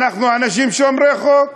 אנחנו אנשים שומרי חוק.